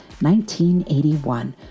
1981